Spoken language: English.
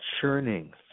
churning